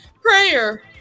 prayer